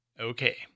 Okay